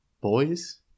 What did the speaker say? boys